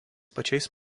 pačiais